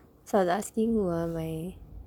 so lastly who ah my